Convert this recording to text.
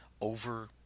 over